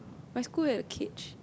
my school had a cage